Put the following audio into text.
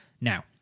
Now